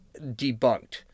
debunked